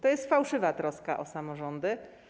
To jest fałszywa troska o samorządy.